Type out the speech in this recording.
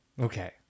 okay